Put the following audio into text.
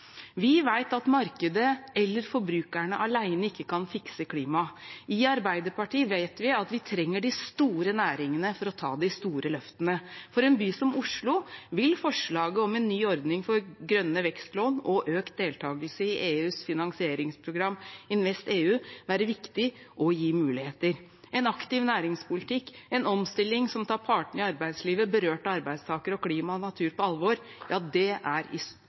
Vi vet at markedet eller forbrukerne alene ikke kan fikse klimaet. I Arbeiderpartiet vet vi at vi trenger de store næringene for å ta de store løftene. For en by som Oslo vil forslaget om en ny ordning for grønne vekstlån og økt deltakelse i EUs finansieringsprogram InvestEU være viktig og gi muligheter. En aktiv næringspolitikk, en omstilling som tar partene i arbeidslivet, berørte arbeidstakere og klima og natur på alvor, ja, det er